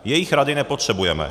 Jejich rady nepotřebujeme.